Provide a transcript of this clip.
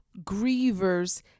grievers